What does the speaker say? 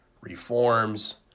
reforms